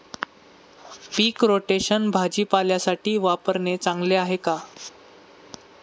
पीक rotation भाजीपाल्यासाठी वापरणे चांगले आहे का?